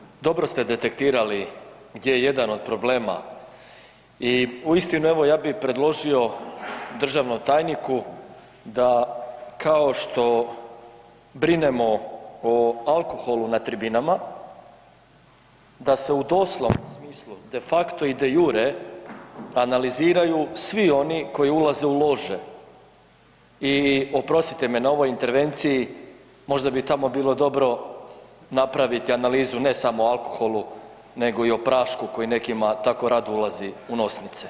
Poštovani kolega Bulj, dobro ste detektirali gdje je jedan od problema i uistinu evo ja bi predložio državnom tajniku da kao što brinemo o alkoholu na tribinama da se u doslovnom smislu de facto i de jure analiziraju svi oni koji ulaze u lože i oprostite mi na ovoj intervenciji možda bi tamo bilo dobro napraviti analizu ne samo o alkoholu nego i o prašku koji nekima tako rado ulazi u nosnice.